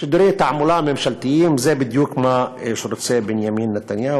שידורי תעמולה ממשלתיים זה בדיוק מה שרוצה בנימין נתניהו.